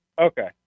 Okay